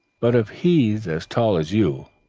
but if he's as tall as you,